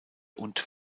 und